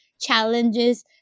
challenges